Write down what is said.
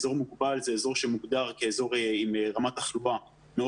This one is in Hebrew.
אזור מוגבל זה אזור שמוגדר כאזור עם רמת תחלואה מאוד